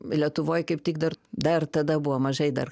lietuvoj kaip tik dar dar tada buvo mažai dar